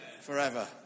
forever